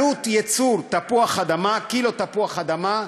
עלות ייצור קילו תפוח אדמה,